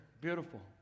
Beautiful